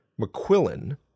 McQuillan